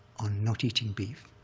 on not eating beef.